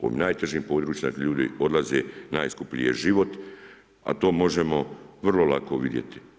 U ovim najtežim područjima ljudi odlaze, najskuplji je život, a to možemo vrlo lako vidjeti.